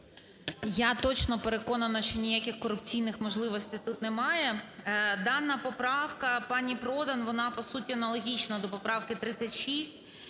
Я точно переконана, що ніяких корупційних можливостей тут немає. Дана поправка пані Продан, вона по суті аналогічна до поправки 36.